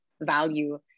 value